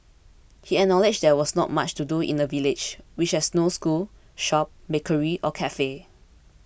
he acknowledged there was not much to do in the village which has no school shop bakery or cafe